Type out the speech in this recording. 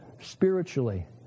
spiritually